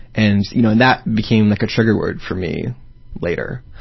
and you know and that became like a trigger word for me later.